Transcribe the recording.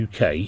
UK